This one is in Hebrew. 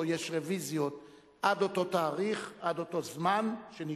או יש רוויזיות עד אותו תאריך, עד אותו זמן שנקבע,